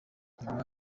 nyuma